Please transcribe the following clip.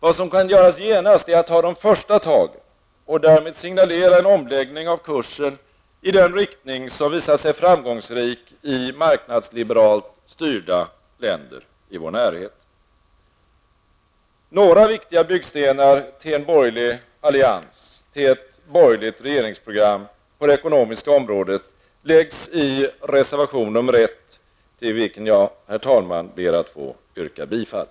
Vad som kan göras genast är att ta de första tagen och därmed signalera en omläggning av kursen i den riktning som visat sig framgångsrik i marknadsliberalt styrda länder i vår närhet. Några viktiga byggstenar till en borgerlig allians, till ett borgerligt regeringsprogram på det ekonomiska området läggs i reservation nr 1, till vilken jag, herr talman, ber att få yrka bifall.